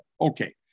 Okay